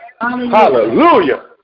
Hallelujah